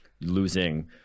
losing